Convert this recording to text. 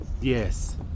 Yes